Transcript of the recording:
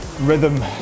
rhythm